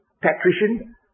patrician